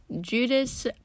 Judas